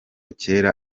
kera